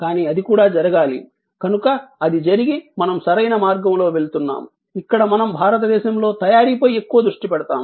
కానీ అది కూడా జరగాలి కనుక అది జరిగి మనం సరైన మార్గంలో వెళుతున్నాం ఇక్కడ మనం భారతదేశంలో తయారీపై ఎక్కువ దృష్టి పెడతాము